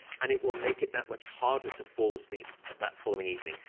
and it will make it that much harder to fall asleep that following evening.